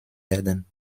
werden